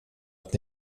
att